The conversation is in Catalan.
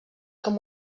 com